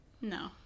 No